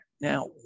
Now